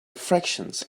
fractions